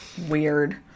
weird